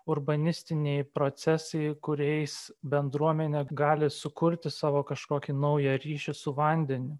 urbanistiniai procesai kuriais bendruomenė gali sukurti savo kažkokį naują ryšį su vandeniu